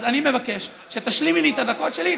אז אני מבקש שתשלימי לי את הדקות שלי,